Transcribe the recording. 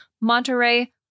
Monterey